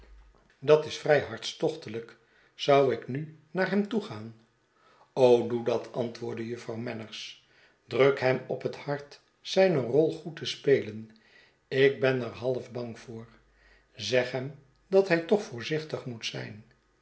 dat is vrij hartstochtelijk zou ik nu naar hem toegaan doe dat antwoordde jufvrouw manners druk hem op het hart zijne rol goed te spelen ik ben er half bang voor zeg hem dat hij toch voorzichtig moet zijn